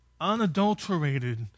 unadulterated